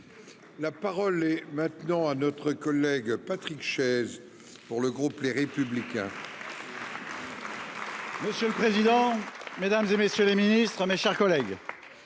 La parole est maintenant à notre collègue Patrick Chaize pour le groupe Les Républicains. Monsieur le président. Mesdames, et messieurs les ministres, mes chers collègues.